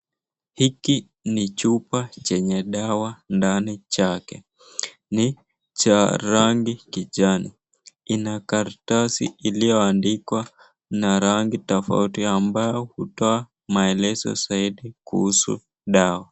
Hiki ni chupa chenye dawa ndani chake. Ni cha rangi kijani. Ina karatasi iliyoandikwa na rangi tofauti ambayo hutoa maelezo zaidi kuhusu dawa.